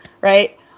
Right